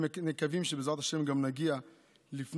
אנו מקווים שבעזרת השם גם נגיע לפני